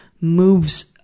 moves